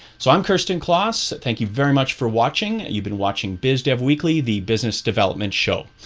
so um kersten kloss, thank you very much for watching. you've been watching bizdev weekly the business development show.